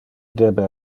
debe